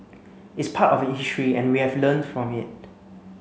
it's part of history and we have learned from it